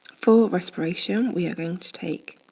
for respiration, we are going to take